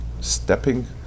stepping